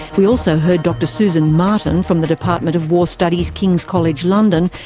we also heard dr susan martin from the department of war studies, kings college london,